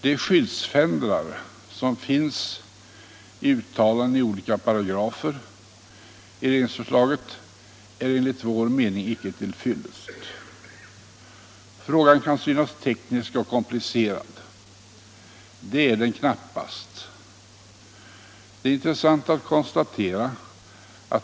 De skyddsfendrar som finns i uttalanden i olika paragrafer i regeringsförslaget är enligt vår mening icke till fyllest. Frågan kan synas teknisk och komplicerad, men det är den knappast.